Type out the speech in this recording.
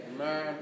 amen